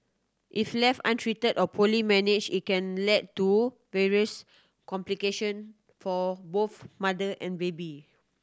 if left untreated or poorly managed it can lead to various complication for both mother and baby